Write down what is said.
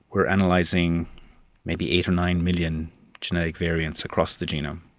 we are analysing maybe eight or nine million genetic variants across the genome,